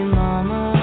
mama